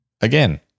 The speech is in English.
Again